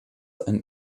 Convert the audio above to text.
ein